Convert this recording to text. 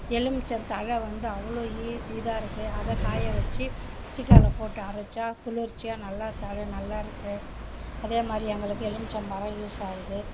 எலுமிச்சம் தழை வந்து அவ்வளோ இ இதாகருக்கு அதை காய வச்சு சீக்கால போட்டு அரைச்சா குளுச்சியாக நல்லா தழ நல்லா இருக்கு அதேமாதிரி எங்களுக்கு எலுமிச்சமரம் யூஸ் ஆகுது